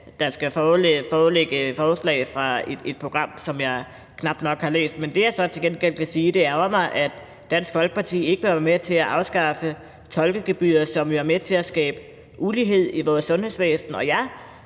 der skal foreligge forslag fra et program, som jeg knap nok har læst. Men det, jeg så til gengæld kan sige, er, at det ærgrer mig, at Dansk Folkeparti ikke vil være med til at afskaffe tolkegebyret, som jo er med til at skabe ulighed i vores sundhedsvæsen.